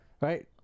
right